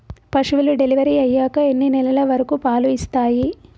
పశువులు డెలివరీ అయ్యాక ఎన్ని నెలల వరకు పాలు ఇస్తాయి?